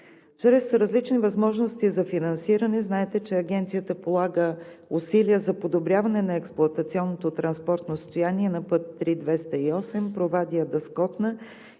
Чрез различни възможности за финансиране, знаете, че Агенцията полага усилия за подобряване на експлоатационното транспортно състояние на път III-208 Провадия – Дъскотна.